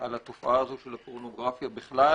על התופעה הזאת של הפורנוגרפיה בכלל,